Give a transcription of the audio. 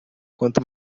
quanto